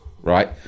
right